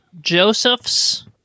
Joseph's